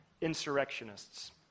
insurrectionists